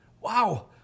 Wow